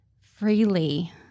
freely